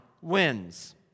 wins